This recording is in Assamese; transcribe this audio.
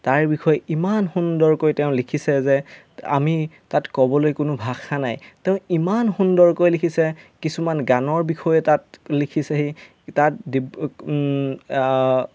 তাৰ বিষয়ে ইমান সুন্দৰকৈ তেওঁ লিখিছে যে আমি তাত ক'বলৈ কোনো ভাষা নাই তেওঁ ইমান সুন্দৰকৈ লিখিছে কিছুমান গানৰ বিষয়ে তাত লিখিছেহি তাত ডি